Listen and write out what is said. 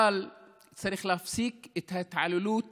אבל צריך להפסיק את ההתעללות